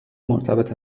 مرتبط